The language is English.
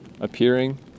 appearing